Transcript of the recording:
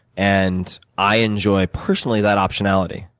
and i enjoy, personally, that optionality.